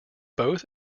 both